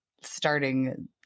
starting